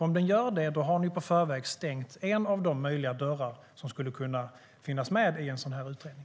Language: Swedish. Om den gör det har ni nämligen på förväg stängt en av de dörrar som skulle kunna finnas med i en sådan här utredning.